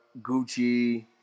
Gucci